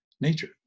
nature